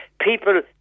people